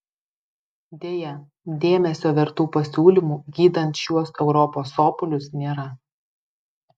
deja dėmesio vertų pasiūlymų gydant šiuos europos sopulius nėra